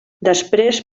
després